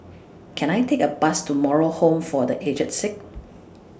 Can I Take A Bus to Moral Home For The Aged Sick